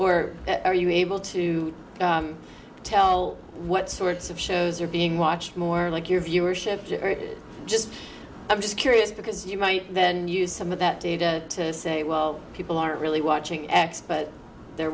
at are you able to tell what sorts of shows are being watched more like your viewership to just i'm just curious because you might then use some of that data to say well people are really watching x but they're